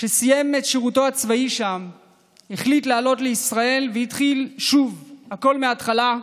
כשסיים את שירותו הצבאי שם החליט לעלות לישראל והתחיל שוב הכול מהתחלה,